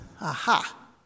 aha